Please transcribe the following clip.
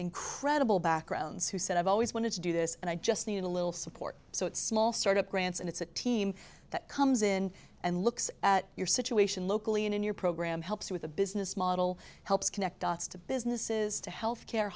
incredible backgrounds who said i've always wanted to do this and i just needed a little support so it's small start up grants and it's a team that comes in and looks at your situation locally and in your program helps with the business model helps connect dots to businesses to health care